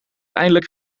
eindelijk